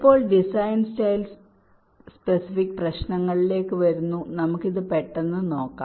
ഇപ്പോൾ design style specific പ്രശ്നങ്ങളിലേക്ക് വരുന്നു നമുക്ക് ഇത് പെട്ടെന്ന് നോക്കാം